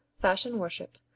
fashion-worship